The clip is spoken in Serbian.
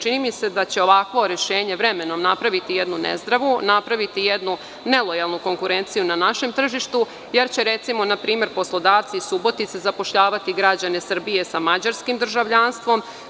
Čini mi se da će ovakvo rešenje, vremenom napraviti jednu nezdravu, napraviti jednu nelojalnu konkurenciju na našem tržištu, jer će, recimo, na primer, poslodavci Subotice zapošljavati građane Srbije sa mađarskim državljanstvom.